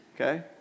Okay